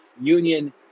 Union